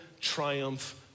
triumph